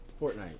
Fortnite